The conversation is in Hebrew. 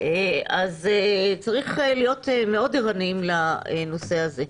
אז צריך להיות מאוד ערניים לנושא הזה.